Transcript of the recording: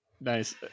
Nice